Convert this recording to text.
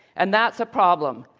and that's a problem.